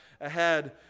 Ahead